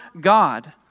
God